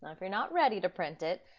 ah if you're not ready to print it,